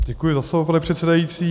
Děkuji za slovo, pane předsedající.